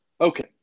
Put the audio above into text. Okay